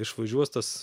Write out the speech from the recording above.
išvažiuos tas